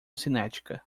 cinética